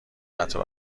قطع